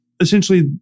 essentially